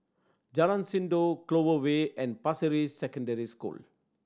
Jalan Sindor Clover Way and Pasir Ris Secondary School